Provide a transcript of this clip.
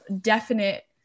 definite